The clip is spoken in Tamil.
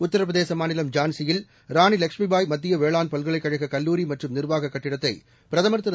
உத்தரபிரதேச மாநிலம் ஜான்சியில் ராணி லட்சுமிபாய் மத்திய வேளாண் பல்கலைக் கழக கல்லூரி மற்றும் நிர்வாகக் கட்டிடத்தை பிரதமர் திரு